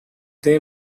they